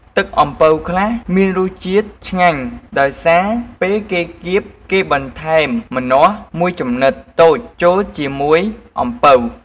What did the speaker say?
ទឹកអំពៅខ្លះមានរសជាតិឆ្ងាញ់ដោយសារ ពេលគេគៀបគេបន្ថែមម្នាស់មួយចំណិតតូចចូលជាមួយអំពៅ។